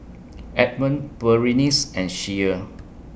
Edmund Berenice and Shea